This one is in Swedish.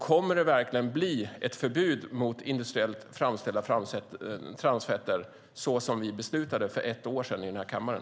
Kommer det verkligen att bli ett förbud mot industriellt framställda transfetter såsom vi beslutade för ett år sedan i den här kammaren?